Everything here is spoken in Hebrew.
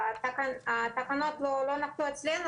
התקנות לא הגיעו אלינו